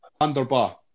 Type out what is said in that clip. Underbar